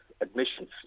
admissions